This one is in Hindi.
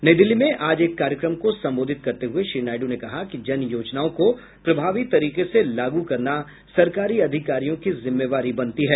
नई दिल्ली में आज एक कार्यक्रम को संबोधित करते हुए श्री नायड् ने कहा कि जन योजनाओं को प्रभावी तरीके से लागू करना सरकारी अधिकारियों की जिम्मेदारी बनती है